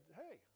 hey